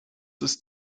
ist